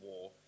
war